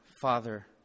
Father